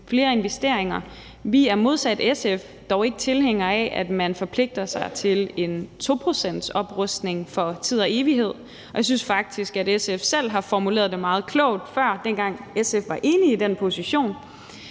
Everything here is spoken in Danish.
Vi er modsat SF dog ikke tilhængere af, at man forpligter sig til en 2-procentsoprustning for tid og evighed. Og jeg synes faktisk, at SF selv har formuleret det meget klogt, dengang SF var enige i den position,